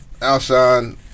Alshon